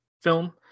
film